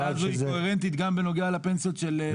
העמדה הזו היא קוהרנטית גם בנוגע לפנסיות של אנשי קבע?